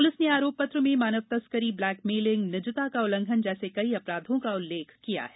police ने आरोप पत्र में मानव तस्करी ब्लैकमेलिंग निजता का उल्लंघन जैसे कई अपराधों का उल्लेख किया है